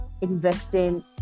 investing